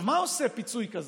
מה עושה פיצוי כזה?